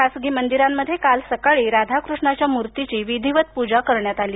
खासगी मंदिरांमध्ये काल सकाळी राधा कृष्णाच्या मूर्तीची विधिवत पूजा करण्यात आली